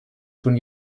schon